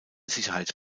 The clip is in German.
sicherheit